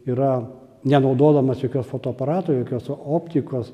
yra nenaudodamas jokios fotoaparato jokios optikos